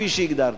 כפי שהגדרתי.